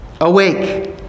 awake